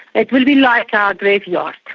it will be like ah a graveyard.